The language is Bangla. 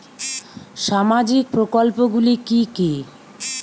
সামাজিক প্রকল্পগুলি কি কি?